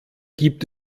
gibt